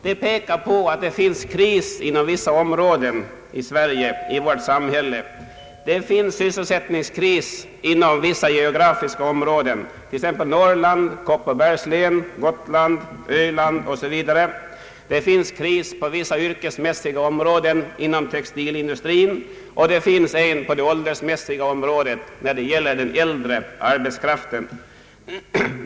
Situationen är krisartad inom vissa områden i vårt samhälle. Det råder sysselsättningskris inom vissa geografiska områden, t.ex. Norrland, Kopparbergs län, Gotland och Öland. Det råder kris inom vissa yrkesområden inom textilindustrin, och det är en kris på det åldersmässiga området för den äldre arbetskraften.